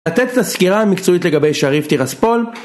לתת את הסקירה המקצועית לגבי שריפטי רספול